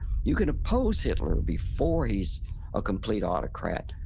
you can oppose hitler before he's a complete autocrat,